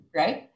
right